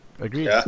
Agreed